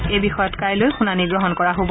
এই বিষয়ত কাইলৈ শুনানি গ্ৰহণ কৰা হ'ব